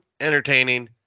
entertaining